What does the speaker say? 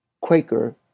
Quaker